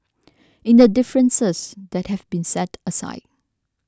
in the differences that have been set aside